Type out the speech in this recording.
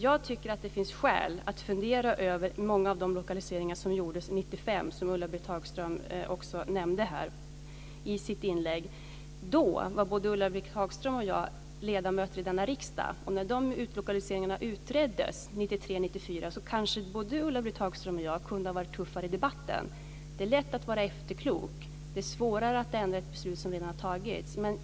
Jag tycker att det finns skäl att fundera över många av de lokaliseringar som gjordes 1995, som Ulla-Britt Hagström också nämnde här i sitt inlägg. Då var både Ulla-Britt Hagström och jag ledamöter av denna riksdag. När de utlokaliseringarna utreddes 1993-1994 kanske både Ulla-Britt Hagström och jag kunde ha varit tuffare i debatten. Det är lätt att vara efterklok. Det är svårare att ändra ett beslut som redan har fattats.